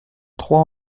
trois